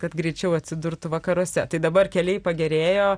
kad greičiau atsidurtų vakaruose tai dabar keliai pagerėjo